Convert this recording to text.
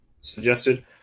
Suggested